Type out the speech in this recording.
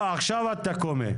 לא, עכשיו את תקומי.